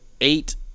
eight